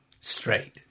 straight